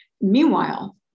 Meanwhile